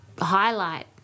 highlight